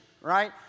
right